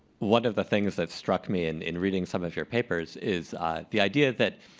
one of the things that struck me and in reading some of your papers is the idea that,